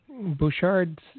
Bouchard